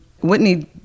Whitney